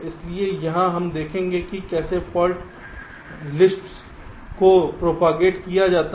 इसलिए यहां हम देखेंगे कि कैसे फाल्ट सूचियों को प्रोपागेट किया जाता है